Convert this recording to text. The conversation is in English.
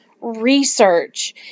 research